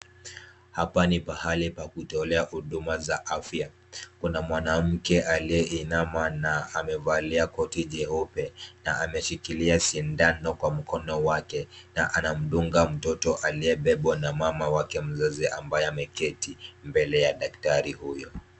Hapa ni pahali pa kutolea huduma za afya, Kuna mwanamke aliyeinama na amevalia koti jeupe na ameshikilia sindano kwa mkono wake na anamdunga mtoto aliyebebwa na mama wake mzazi ambaye ameketi mbele ya daktari huyo.